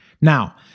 Now